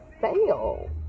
fail